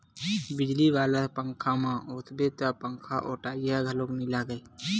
बिजली वाला पंखाम ओसाबे त पंखाओटइया घलोक नइ लागय